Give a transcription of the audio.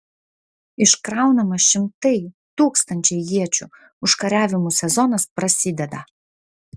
iškraunama šimtai tūkstančiai iečių užkariavimų sezonas prasideda